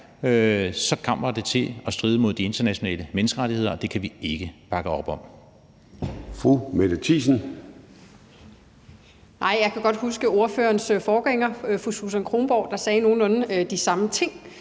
så kommer til at stride mod de internationale menneskerettigheder, og det kan vi ikke bakke op om.